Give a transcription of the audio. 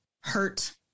hurt